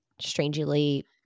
Strangely